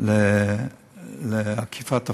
לעקיפת החוק.